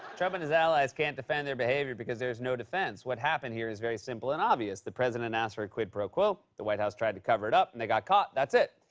trump and his allies can't defend their behavior because there is no defense. what happened here is very simple and obvious. the president asked for a quid pro quo, the white house tried to cover it up, and they got caught. that's it.